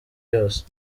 yose